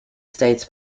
states